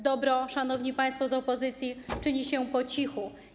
Dobro, szanowni państwo z opozycji, czyni się po cichu.